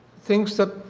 things that